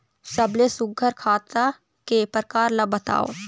सबले सुघ्घर खाता के प्रकार ला बताव?